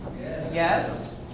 Yes